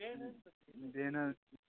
दिन